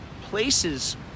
places